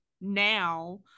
now